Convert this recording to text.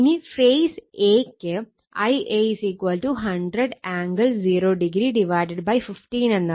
ഇനി phase a ക്ക് Ia 100 angle 0o 15 എന്നാവും